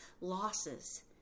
losses